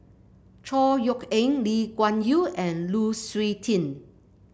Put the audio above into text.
Chor Yeok Eng Lee Kuan Yew and Lu Suitin